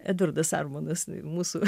edvardas armonas mūsų